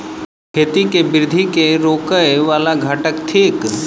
खेती केँ वृद्धि केँ रोकय वला घटक थिक?